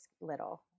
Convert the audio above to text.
little